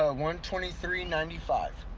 ah one twenty three ninety five.